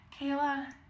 Kayla